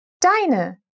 deine